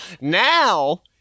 now